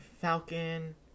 Falcon